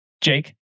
Jake